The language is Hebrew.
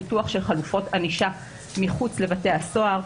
פיתוח של חלופות ענישה מחוץ לבתי הסוהר,